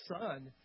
son